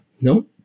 No